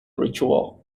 ritual